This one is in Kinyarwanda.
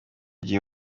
gihe